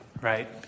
right